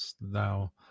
thou